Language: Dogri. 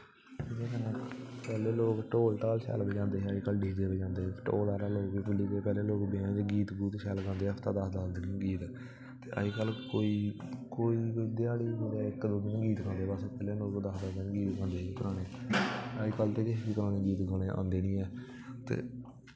ओह्दे कन्नै पैह्लें लोग ढोल शैल बजांदे अज्जकल लोग डीजे बजांदे पैह्लें लोग शैल गीत गांदे हफ्ता हफ्ता दस्स दस्स दिन पैह्लें शुरू होई जंदे हे गीत ते अज्जकल कोई कोई पैह्लें दस्स दस्स दिन पैह्लें गीत गांदे हे पराने अज्जकल ते गीत किश पराने आंदे निं ऐ ते